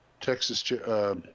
Texas